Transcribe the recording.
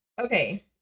okay